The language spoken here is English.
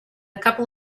couple